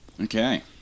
Okay